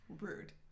Rude